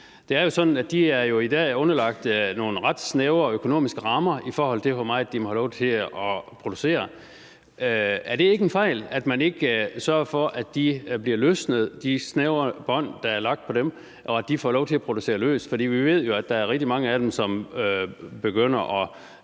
Det er jo sådan, at de i dag er underlagt nogle ret snævre økonomiske rammer, i forhold til hvor meget de må have lov til at producere. Er det ikke en fejl, at man ikke sørger for, at de snævre bånd, der er lagt om dem, bliver løsnet, og at de får lov til at producere løs? For vi ved jo, at der er rigtig mange af dem, som begynder at